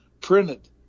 printed